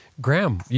Graham